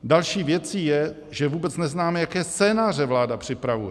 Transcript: Další věcí je, že vůbec neznáme, jaké scénáře vláda připravuje.